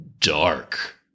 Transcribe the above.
dark